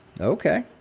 Okay